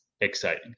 exciting